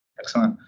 excellent.